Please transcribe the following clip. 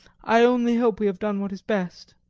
i only hope we have done what is best.